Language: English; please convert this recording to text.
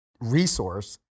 resource